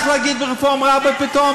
מה יש לך להגיד על רפורם-רביי פתאום?